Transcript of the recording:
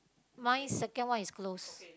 mine second one is close